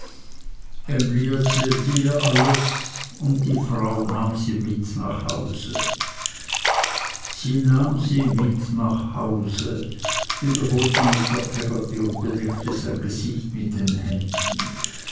erzählte ihr alles und die frau nahm sie mit nach hause sie nahm sie mit nach hause wiederholte mr peggotty und bedeckte sein gesicht mit den händen